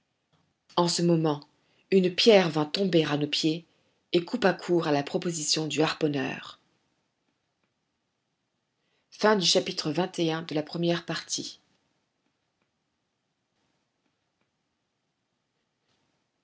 en ce moment une pierre vint tomber à nos pieds et coupa court à la proposition du harponneur